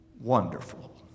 wonderful